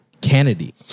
Kennedy